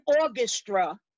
orchestra